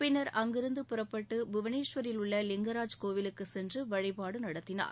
பின்னர் அங்கிருந்து புறப்பட்டு புவனேஷ்ரில் உள்ள லிங்கராஜ் கோவிலுக்கு சென்று வழிபாடு நடத்தினார்